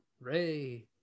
ray